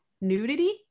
nudity